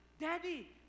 Daddy